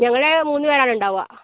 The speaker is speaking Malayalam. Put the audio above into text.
ഞങ്ങൾ മൂന്ന് പേരാണുണ്ടാവുക